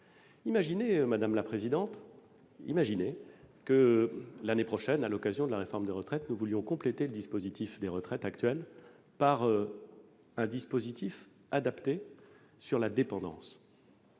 Imaginez que, l'année prochaine, à l'occasion de la réforme des retraites, nous voulions compléter le dispositif des retraites actuel par un dispositif adapté à la dépendance.